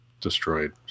destroyed